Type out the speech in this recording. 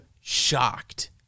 shocked